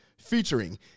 featuring